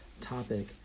topic